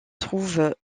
trouve